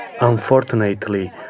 Unfortunately